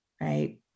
right